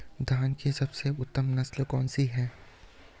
धान की सबसे उत्तम नस्ल कौन सी है?